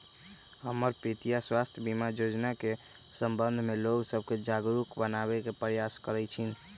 हमर पितीया स्वास्थ्य बीमा जोजना के संबंध में लोग सभके जागरूक बनाबे प्रयास करइ छिन्ह